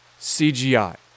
CGI